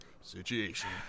situation